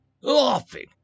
laughing